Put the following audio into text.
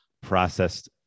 processed